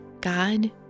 God